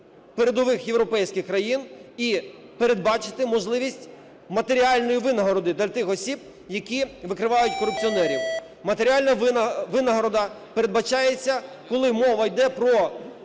передових європейських країн і передбачити можливість матеріальної винагороди для тих осіб, які викривають корупціонерів. Матеріальна винагорода передбачається, коли мова йде про